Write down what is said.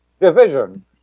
division